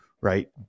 Right